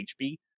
HP